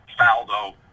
Faldo